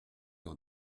dans